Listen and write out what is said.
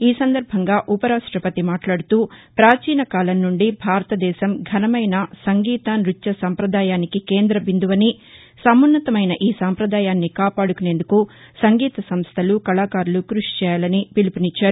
ఈ సందర్బంగా ఉపరాష్టపతి మాట్లాడుతూ ప్రాచీనకాలం నుండి భారతదేశం ఘనమైన సంగీత నృత్య సంపదాయానికి కేంద్ర బిందువని సమున్నతమైన ఈ సంపదాయాన్ని కాపాడుకునేందుకు సంగీత సంస్థలు కళాకారులు కృషి చేయాలని పిలుపునిచ్చారు